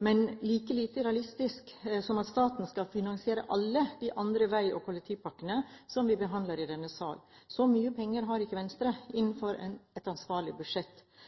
men like lite realistisk som at staten skal finansiere alle de andre vei- og kollektivpakkene som vi behandler i denne sal. Så mye penger har ikke Venstre innenfor et ansvarlig budsjett,